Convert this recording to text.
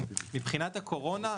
מבחינת הקורונה,